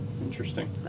Interesting